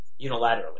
unilaterally